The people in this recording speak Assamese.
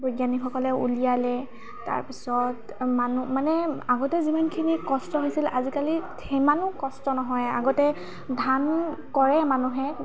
বৈজ্ঞানিকসকলে উলিয়ালে তাৰপিছত মানু মানে আগতে যিমানখিনি কষ্ট হৈছিল আজিকালি সিমানো কষ্ট নহয় আগতে ধান কৰে মানুহে